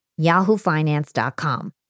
yahoofinance.com